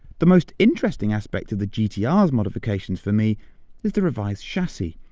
the most interesting aspect of the gt-r's modifications for me is the revised chassis.